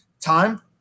time